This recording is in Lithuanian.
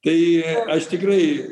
tai aš tikrai